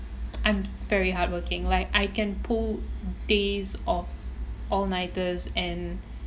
I'm very hardworking like I can pull days of all-nighters and